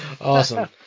awesome